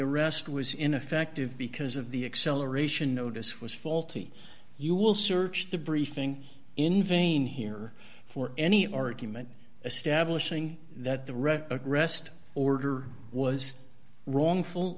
arrest was ineffective because of the acceleration notice was faulty you will search the briefing in vain here for any argument establishing that the red rest order was wrongful